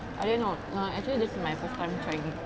I didn't know err actually this is my first time trying